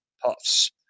Puffs